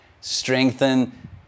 strengthen